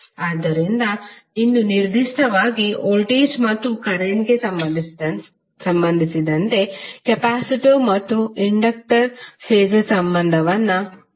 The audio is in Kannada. ಆದ್ದರಿಂದ ಇಂದು ನಿರ್ದಿಷ್ಟವಾಗಿ ವೋಲ್ಟೇಜ್ ಮತ್ತು ಕರೆಂಟ್ಗೆ ಸಂಬಂಧಿಸಿದಂತೆ ಕೆಪಾಸಿಟರ್ ಮತ್ತು ಇಂಡಕ್ಟರ್ ಫಾಸರ್ ಸಂಬಂಧವನ್ನು ನೋಡುತ್ತೇವೆ